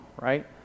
right